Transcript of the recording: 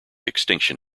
extinction